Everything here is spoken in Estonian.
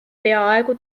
peaaegu